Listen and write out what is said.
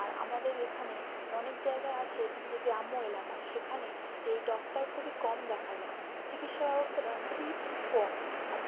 আর আমাদের এখানে অনেক জায়গায় আছে যে গ্রাম্য এলাকা সেখানে এই ডক্টর খুবই কম দেখা যায় চিকিৎসা ব্যবস্থাটা খুবই কম আর